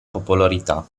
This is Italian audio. popolarità